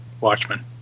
Watchmen